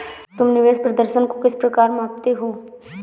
तुम निवेश प्रदर्शन को किस प्रकार मापते हो?